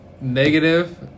negative